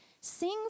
Sing